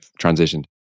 transitioned